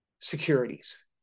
securities